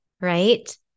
right